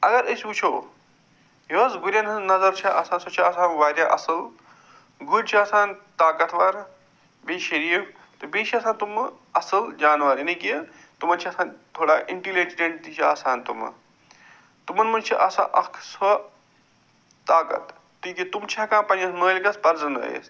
اگر أسۍ وٕچھو یۄس گُرٮ۪ن ہِنٛز نظر چھےٚ آسان سۄ چھِ آسان وارِیاہ اصٕل گُرۍ چھِ آسان طاقتور بیٚیہِ شریٖف تہٕ بیٚیہِ چھِ آسان تِمہٕ اصٕل جانور یعنی کہِ تِمن چھِ آسان تھوڑا اِنٹلیٚجنٹ تہِ چھِ آسان تِمہٕ تِمن چھِ آسان اکھ سُہ طاقت تہٕ یِم تِم چھِ ہٮ۪کان پنٛنِس مٲلِکس پرزٕنٲیِتھ